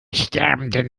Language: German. sterbenden